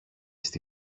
στη